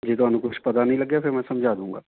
ਜੇ ਤੁਹਾਨੂੰ ਕੁਛ ਪਤਾ ਨਹੀਂ ਲੱਗਿਆ ਫਿਰ ਮੈਂ ਸਮਝਾ ਦੂੰਗਾ